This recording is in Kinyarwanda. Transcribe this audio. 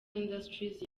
industries